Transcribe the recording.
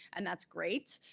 and that's great,